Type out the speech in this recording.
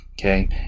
okay